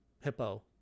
Hippo